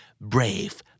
Brave